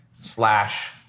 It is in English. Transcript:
slash